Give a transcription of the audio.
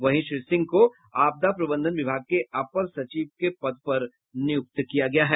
वहीं श्री सिंह को आपदा प्रबंधन विभाग के अपर सचिव के पद पर नियुक्त किया गया है